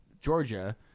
Georgia